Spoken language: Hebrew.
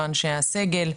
לא אנשי הסגל,